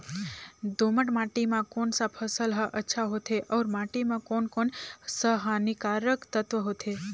दोमट माटी मां कोन सा फसल ह अच्छा होथे अउर माटी म कोन कोन स हानिकारक तत्व होथे?